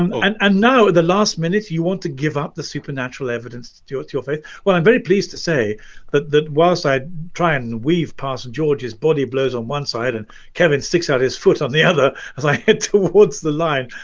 um and and now in the last minute you want to give up the supernatural evidence to your to your faith, well i'm very pleased to say that that whilst i try and and weave past george's body blows on one side and kevin sticks out his foot on the other as i head towards the line.